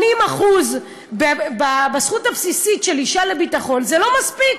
80% בזכות הבסיסית של אישה לביטחון זה לא מספיק.